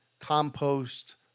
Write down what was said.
compost